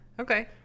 Okay